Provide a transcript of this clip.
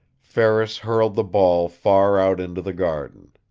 ferris hurled the ball far out into the garden.